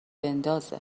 بندازه